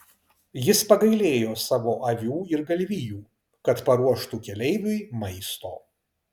jis pagailėjo savo avių ir galvijų kad paruoštų keleiviui maisto